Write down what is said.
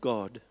God